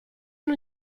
non